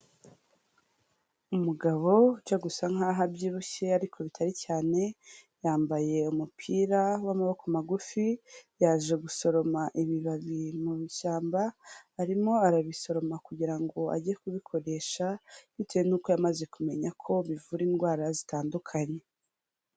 Umugabo ujya gusa nk'aho abyibushye ariko bitari cyane, yambaye umupira w'amaboko magufi, yaje gusoroma ibibabi mu ishyamba, arimo arabisoroma kugira ngo ajye kubikoresha bitewe n'uko yamaze kumenya ko bivura indwara zitandukanye.